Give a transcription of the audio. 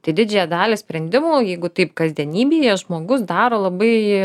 tai didžiąją dalį sprendimų jeigu taip kasdienybėje žmogus daro labai